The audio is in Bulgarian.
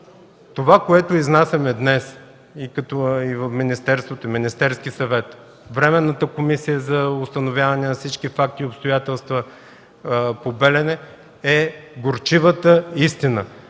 това, което изнасяме днес – и министерството, и Министерският съвет, и Временната комисия за установяване на всички факти и обстоятелства по АЕЦ „Белене”, е горчивата истина.